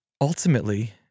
ultimately